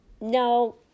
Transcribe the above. no